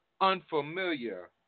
Unfamiliar